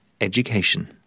education